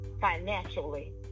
financially